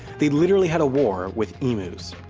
they literally had a war with emus.